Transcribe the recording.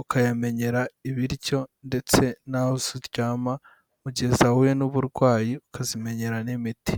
ukayamenyera ibiryo ndetse n'aho ziryama mu gihe zahuye n'uburwayi ukazimenyera n'imiti.